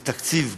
זה תקציב גרוע,